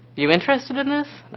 you interested in this? i